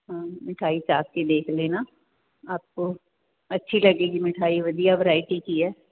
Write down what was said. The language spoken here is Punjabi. ਹਾਂ ਮਿਠਾਈ ਚਖ ਕੇ ਦੇਖ ਲੇਨਾ ਆਪਕੋ ਅੱਛੀ ਲਗੇਗੀ ਮਿਠਾਈ ਵਧੀਆ ਵਰਾਈਟੀ ਕੀ ਹੈ